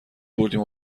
بردیم